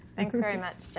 thanks very much,